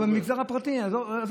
אבל במגזר הפרטי, במגזר הפרטי.